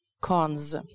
cons